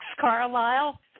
Carlisle